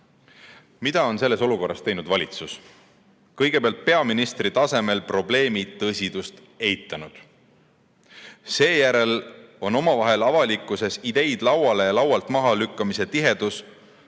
on selles olukorras teinud valitsus? Kõigepealt peaministri tasemel probleemi tõsidust eitanud. Seejärel on omavahel avalikkuses ideid lauale ja laualt maha lükkamise tihedus